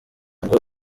ngo